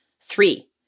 Three